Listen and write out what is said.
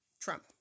Trump